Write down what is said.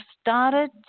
started